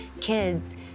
kids